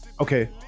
Okay